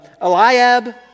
Eliab